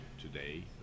today